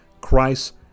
Christ